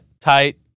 tight